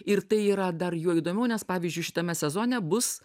ir tai yra dar juo įdomiau nes pavyzdžiui šitame sezone bus